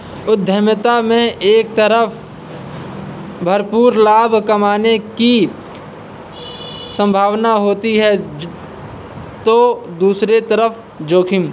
उद्यमिता में एक तरफ भरपूर लाभ कमाने की सम्भावना होती है तो दूसरी तरफ जोखिम